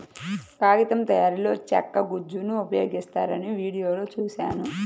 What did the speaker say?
కాగితం తయారీలో చెక్క గుజ్జును ఉపయోగిస్తారని వీడియోలో చూశాను